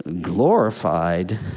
glorified